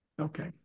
Okay